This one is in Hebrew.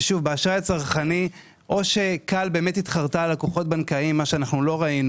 או שכאל התחרתה על לקוחות בנקאיים דבר שלא ראינו